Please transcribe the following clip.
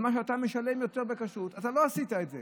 אתה לא עשית את זה.